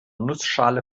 nussschale